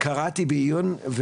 קראתי בעיון,